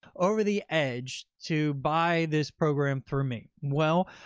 over the edge, to buy this program for me? well,